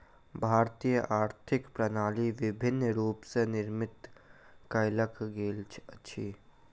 भारतीय आर्थिक प्रणाली विभिन्न रूप स निर्मित कयल गेल अछि